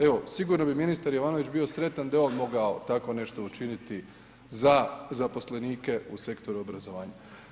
Evo, sigurno bi ministar Jovanović bio sretan da je on mogao tako nešto učiniti za zaposlenike u sektoru obrazovanja.